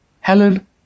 Helen